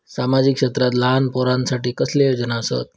सामाजिक क्षेत्रांत लहान पोरानसाठी कसले योजना आसत?